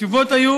התשובות היו